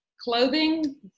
clothing